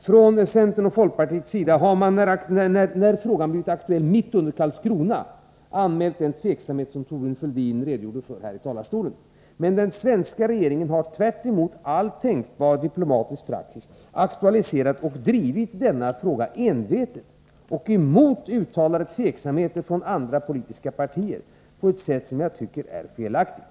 Från centerns och folkpartiets sida har man — sedan frågan blev aktuell mitt under Karlskronahändelserna — anmält den tveksamhet som Thorbjörn Fälldin redogjorde för här i talarstolen. Men den svenska regeringen har — tvärtemot all tänkbar diplomatisk praxis och trots uttalade tveksamheter från andra politiska partier — aktualiserat och envetet drivit denna fråga på ett sätt som jag tycker är felaktigt.